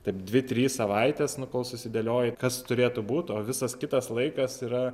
taip dvi trys savaitės kol susidėlioji kas turėtų būt o visas kitas laikas yra